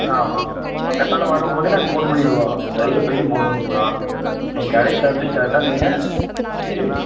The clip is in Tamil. ஆமாம் காத்தால வர்ற போதே நாங்கள் ஃபோன் பண்ணிடுவோம் டிரைவர் பையன் ஃபோன் பண்ணிடுவான் நீங்கள் கடைக்கிட்டே கரெட்டாக நின்று சரி